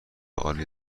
عالی